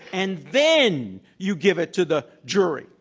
and then you give it to the jury.